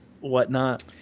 whatnot